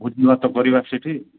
ଭୋଜିଭାତ କରିବା ସେଇଠି